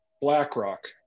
BlackRock